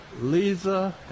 Lisa